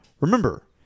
Remember